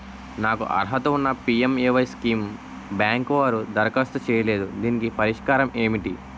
నాకు అర్హత ఉన్నా పి.ఎం.ఎ.వై స్కీమ్ బ్యాంకు వారు దరఖాస్తు చేయలేదు దీనికి పరిష్కారం ఏమిటి?